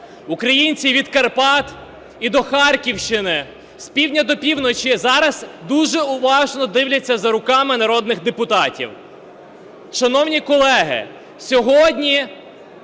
українці від Карпат і до Харківщини, з півдня до півночі зараз дуже уважно дивляться за руками народних депутатів. Шановні колеги, сьогодні